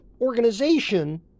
organization